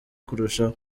kurushaho